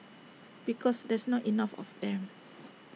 because there's not enough of them